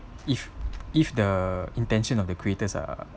if if the intention of the creators are